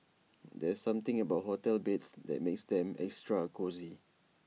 there's something about hotel beds that makes them extra cosy